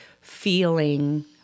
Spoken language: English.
feeling